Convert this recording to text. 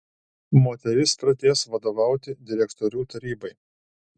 moteris pradės vadovauti direktorių tarybai